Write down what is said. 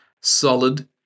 solid